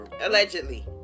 Allegedly